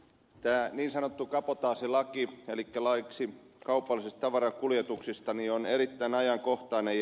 tää niin sanottu kabotaasilaki elikkä laiksi kaupallisista tavarankuljetuksista mion eli tämä ajankohta oli